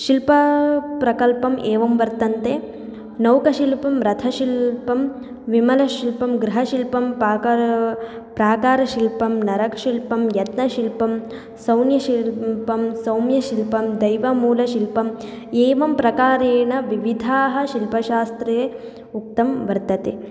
शिल्पप्रकल्पम् एवं वर्तते नौकशिल्पं रथशिल्पं विमलशिल्पं गृहशिल्पं प्राकारः प्राकारशिल्पं नरशिल्पं यत्नशिल्पं सौण्यशिल्ल्पं सौम्यशिल्पं दैवमूलशिल्पम् एवं प्रकारेण विविधाः शिल्पशास्त्रे उक्तं वर्तते